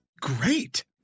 great